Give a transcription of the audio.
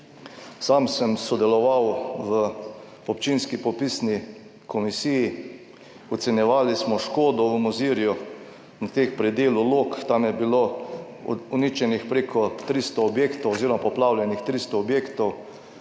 Sam sem sodeloval v občinski popisni komisiji, ocenjevali smo škodo v Mozirju, na tem predelu Log, tam je bilo uničenih preko 300 objektov oziroma poplavljenih 300 objektov,